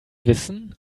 wissen